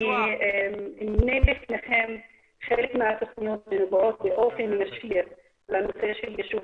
אני אמנה בפניכם חלק מהתוכניות שנוגעות באופן ישיר לנושא של יישוב